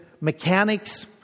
mechanics